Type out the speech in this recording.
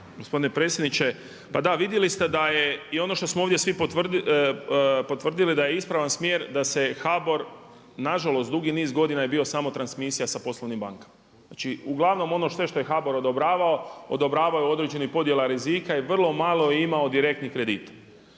gospodine predsjedniče. Pa da vidjeli ste da je i ono što smo ovdje svi potvrdili da je ispravan smjer da se HBOR, nažalost dugi niz godina je bio samo transmisija sa poslovnim bankama. Znači uglavnom ono sve što je HBOR odobravao, odobravao je od određenih podjela rizika i vrlo malo je imao direktnih kredita.